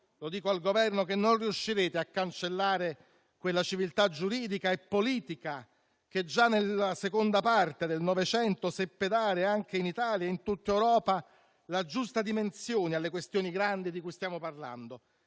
lo dico al Governo - che non riuscirete a cancellare quella civiltà giuridica e politica che già nella seconda parte del Novecento seppe dare in Italia e in tutta Europa la giusta dimensione alle grandi questioni di cui stiamo parlando.